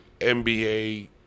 NBA